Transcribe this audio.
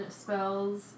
spells